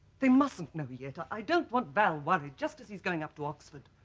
they mustn't know yet i don't want val worried just as he's going up to oxford